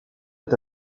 est